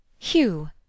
Hugh